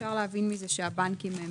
אפשר להבין מזה שהבנקים הם